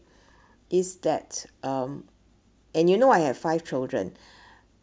is that um and you know I have five children